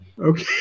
Okay